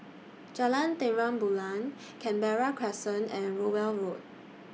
Jalan Terang Bulan Canberra Crescent and Rowell Road